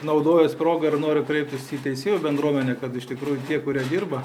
naudojuos proga ir noriu kreiptis į teisėjų bendruomenę kad iš tikrųjų tie kurie dirba